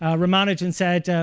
ah ramanujan said,